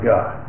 God